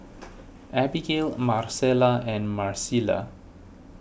Abigail Marcela and Marisela